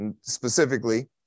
specifically